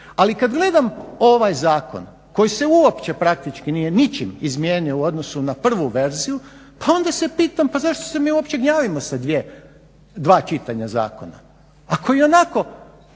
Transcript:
Ali kad gledam ovaj zakon koji se uopće praktički nije ničim izmijenio u odnosu na prvu verziju pa onda se pitam pa zašto se mi uopće gnjavimo sa dva čitanja zakona ako ionako